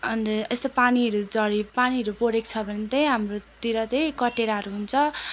अन्त यस्तो पानीहरू झरी पानीहरू परेको छ भने तै हाम्रोतिर तै कटेराहरू हुन्छ